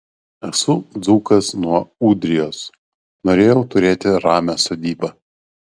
esu dzūkas nuo ūdrijos norėjau turėti ramią sodybą